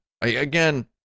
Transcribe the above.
Again